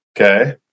okay